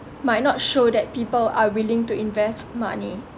might not show that people are willing to invest money